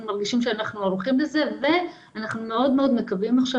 אנחנו מרגישים שאנחנו ערוכים לזה ואנחנו מאוד מאוד מקווים עכשיו